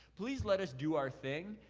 please let us do our thing,